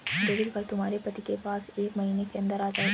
debit card तुम्हारे पति के पास एक महीने के अंदर आ जाएगा